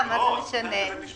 כמו שחבר הכנסת כץ מביא את המקרים,